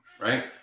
right